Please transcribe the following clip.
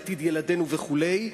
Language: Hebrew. עתיד ילדינו וכן הלאה,